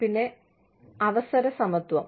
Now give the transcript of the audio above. പിന്നെ അവസര സമത്വം